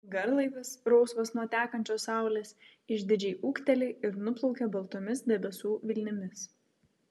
garlaivis rausvas nuo tekančios saulės išdidžiai ūkteli ir nuplaukia baltomis debesų vilnimis